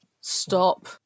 stop